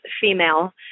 female